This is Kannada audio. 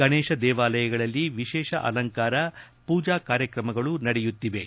ಗಣೇಶ ದೇವಾಲಯಗಳಲ್ಲಿ ವಿಶೇಷ ಅಲಂಕಾರ ಪೂಜಾ ಕಾರ್ಕಕ್ರಮಗಳು ನಡೆಯುತ್ತಿವೆ